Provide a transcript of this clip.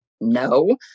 No